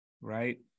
right